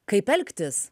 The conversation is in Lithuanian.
kaip elgtis